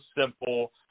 simple